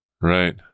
Right